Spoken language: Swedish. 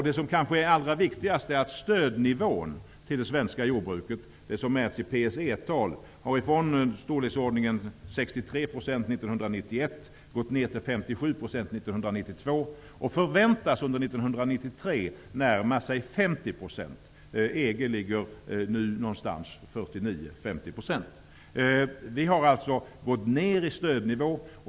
Det som kanske är allra viktigast är att nivån på stödet till det svenska jordbruket, som mäts i PSE-tal, har gått ner från 63 % år 1991 till 57 % år 1992. Det förväntas närma sig 50 % under 1993. EG ligger på 49--50 %. Vi har alltså gått ner i stödnivå.